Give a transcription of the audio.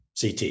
CT